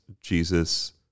Jesus